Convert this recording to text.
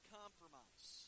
compromise